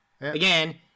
Again